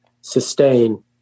sustain